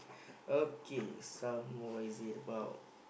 okay this one what is it about